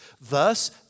Thus